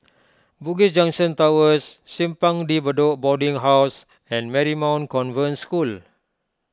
Bugis Junction Towers Simpang De Bedok Boarding House and Marymount Convent School